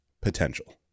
potential